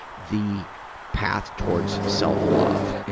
the path towards self-love.